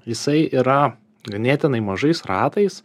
jisai yra ganėtinai mažais ratais